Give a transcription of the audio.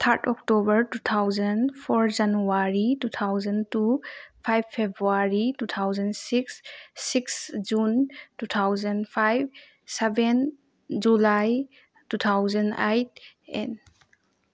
third October two thousand four January two thousand two five February two thousand six six June two thousand five seven July two thousand eight and